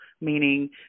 meaning